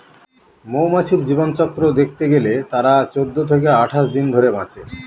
মৌমাছির জীবনচক্র দেখতে গেলে তারা চৌদ্দ থেকে আঠাশ দিন ধরে বাঁচে